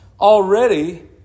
already